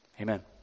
amen